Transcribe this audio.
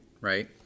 Right